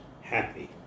happy